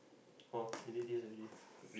oh we did this already